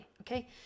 okay